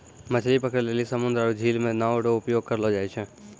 मछली पकड़ै लेली समुन्द्र आरु झील मे नांव रो उपयोग करलो जाय छै